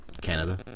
Canada